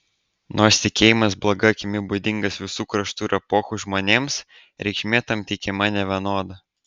nors tikėjimas bloga akimi būdingas visų kraštų ir epochų žmonėms reikšmė tam teikiama nevienoda